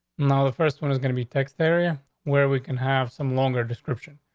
no, the first one is gonna be text area where we can have some longer description.